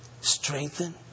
strengthen